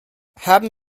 haben